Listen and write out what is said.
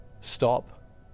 stop